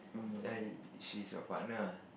[ay] she's your partner ah